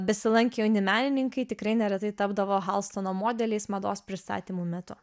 besilankę jauni menininkai tikrai neretai tapdavo halstono modeliais mados pristatymų metu